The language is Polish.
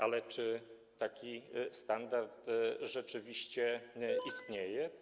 Ale czy taki standard rzeczywiście istnieje?